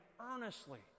earnestly